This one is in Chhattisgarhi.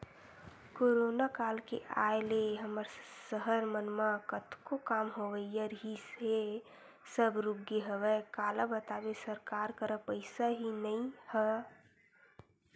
करोना काल के आय ले हमर सहर मन म कतको काम होवइया रिहिस हे सब रुकगे हवय काला बताबे सरकार करा पइसा ही नइ ह